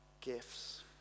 gifts